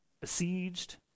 besieged